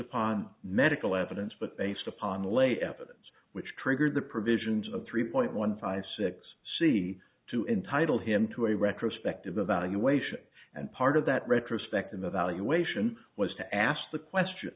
upon medical evidence but based upon the lay evidence which triggered the provisions of three point one five six c to entitle him to a retrospective evaluation and part of that retrospective evaluation was to ask the question